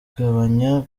bigabanya